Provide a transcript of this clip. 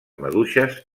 maduixes